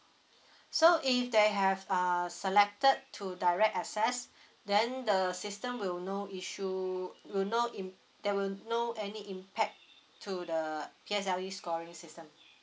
so if they have uh selected to direct access then the system will no issue will know if there will no any impact to the P_S_L_E scoring system